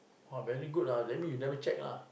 !wah! very good ah that means you never check lah